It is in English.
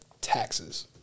Taxes